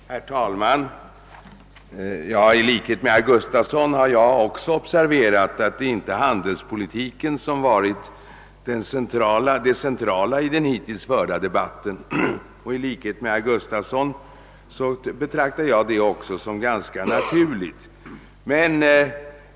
Herr talman! I likhet med herr Gustafson i Göteborg har även jag observerat att handelspolitiken inte varit det centrala i den hittills förda debatten, och liksom herr Gustafson betraktar jag detta som ganska naturligt.